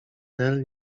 nel